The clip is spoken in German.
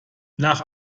nach